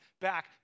back